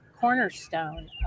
cornerstone